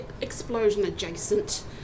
explosion-adjacent